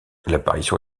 l’apparition